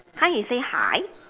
can't he say hi